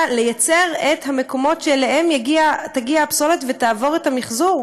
לייצר את המקומות שאליהם תגיע הפסולת ותעבור את המחזור,